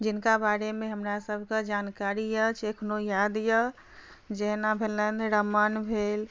जिनका बारेमे हमरा सबकेँ जानकारी अछि अखनो याद यऽ जेना भेलथि रमन भेल